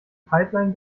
pipeline